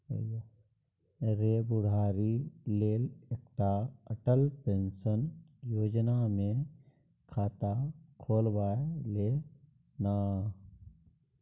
रे बुढ़ारी लेल एकटा अटल पेंशन योजना मे खाता खोलबाए ले ना